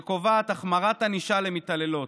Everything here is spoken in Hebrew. שקובעת החמרת ענישה למתעללות,